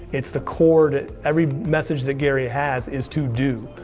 it's the core to every message that gary has is to do,